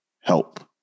help